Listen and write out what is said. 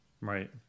Right